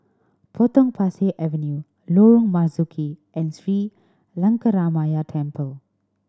Potong Pasir Avenue Lorong Marzuki and Sri Lankaramaya Temple